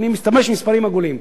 אני משתמש במספרים עגולים,